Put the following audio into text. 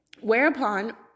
Whereupon